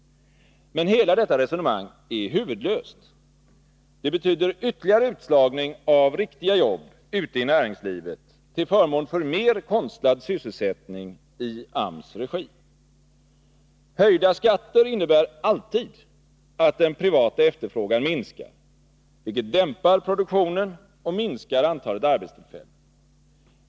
Men hela detta resonemang är huvudlöst. Det betyder ytterligare utslagning av riktiga jobb ute i näringslivet till förmån för mer konstlad sysselsättning i AMS regi. Höjda skatter innebär alltid att den privata efterfrågan minskar, vilket dämpar produktionen och minskar antalet arbetstillfällen.